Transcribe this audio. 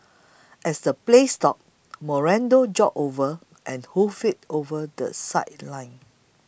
as play stopped Moreno jogged over and hoofed it over the sideline